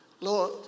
Lord